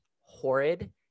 horrid